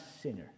sinner